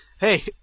Hey